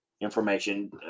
information